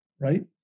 right